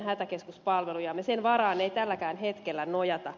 sen varaan ei tälläkään hetkellä nojata